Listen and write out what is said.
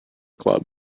club